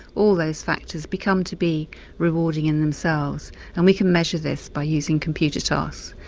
all those factors become to be rewarding in themselves and we can measure this by using computer tasks.